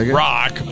rock